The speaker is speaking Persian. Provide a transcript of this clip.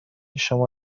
شما